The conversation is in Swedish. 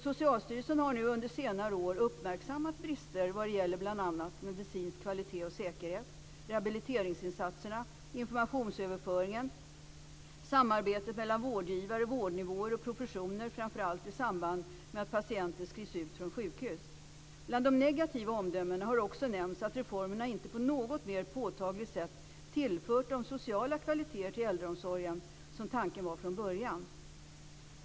Socialstyrelsen har under senare år uppmärksammat brister vad gäller bl.a. medicinsk kvalitet och säkerhet, rehabiliteringsinsatser, informationsöverföring, samarbete mellan vårdgivare, vårdnivåer och profession, framför allt i samband med att patienten skrivs ut från sjukhus. Bland de negativa omdömena har också nämnts att reformerna inte på något mer påtagligt sätt tillfört de sociala kvaliteter till äldreomsorgen som tanken var från början.